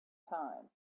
time